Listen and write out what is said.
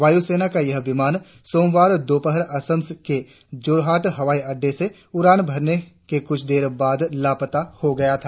वायुसेना का ये विमान सोमवार दोपहर असम के जोरहाट हवाई अड़डे से उड़ान भरने के कुछ देर बाद लापता हो गया था